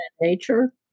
nature